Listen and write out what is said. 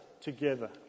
together